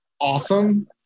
awesome